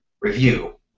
review